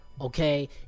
Okay